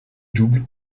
double